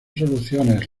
soluciones